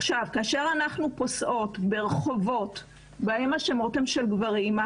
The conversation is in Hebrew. עכשיו כאשר אנחנו פוסעות ברחובות בהם השמות הם של גברים,